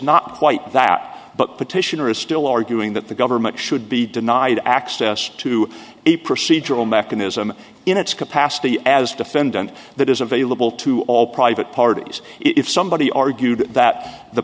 not quite that but petitioner is still arguing that the government should be denied access to a procedural mechanism in its capacity as defendant that is available to all private parties if somebody argued that the